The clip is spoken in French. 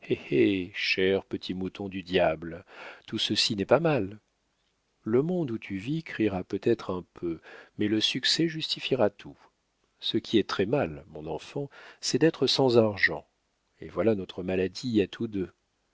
cher petit mouton du diable tout ceci n'est pas mal le monde où tu vis criera peut-être un peu mais le succès justifiera tout ce qui est très-mal mon enfant c'est d'être sans argent et voilà notre maladie à tous deux